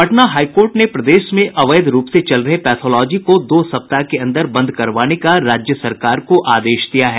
Patna high court ने प्रदेश में अवैध रूप से चल रहे पैथोलॉजी को दो सप्ताह के अंदर बंद करवाने का राज्य सरकार को आदेश दिया है